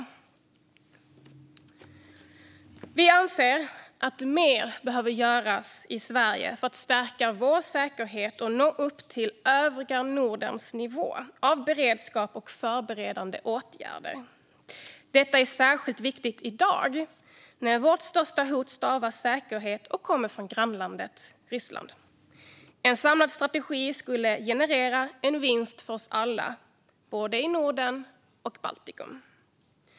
Sverigedemokraterna anser att mer behöver göras i Sverige för att stärka Sveriges säkerhet och nå upp till övriga Nordens nivå när det gäller beredskap och förberedande åtgärder. Detta är särskilt viktigt i dag när vårt största hot stavas säkerhet och kommer från grannlandet Ryssland. En samlad strategi skulle generera en vinst för oss alla, både i Norden och i Baltikum.